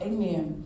Amen